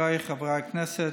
חבריי חברי הכנסת,